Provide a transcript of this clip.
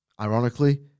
ironically